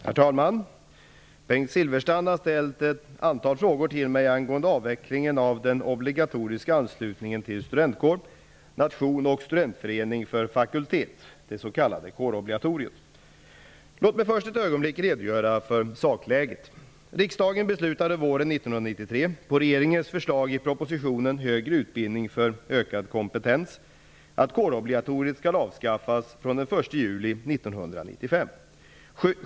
Herr talman! Bengt Silfverstrand har ställt ett antal frågor till mig angående avvecklingen av den obligatoriska anslutningen till studentkår, nation och studentförening för fakultet, det s.k. Låt mig först ett ögonblick få redogöra för sakläget. Riksdagen beslutade våren 1993, på regeringens förslag i propositionen Högre utbildning för ökad kompetens , att kårobligatoriet skall avskaffas från den 1 juli 1995.